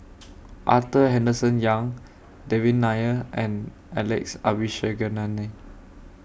Arthur Henderson Young Devan Nair and Alex Abisheganaden